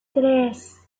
tres